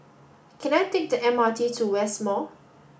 can I take the M R T to West Mall